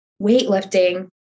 weightlifting